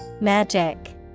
Magic